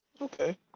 Okay